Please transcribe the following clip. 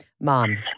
Mom